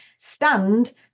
stand